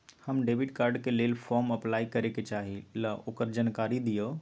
हम debit card के लेल फॉर्म अपलाई करे के चाहीं ल ओकर जानकारी दीउ?